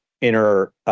inner